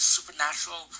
Supernatural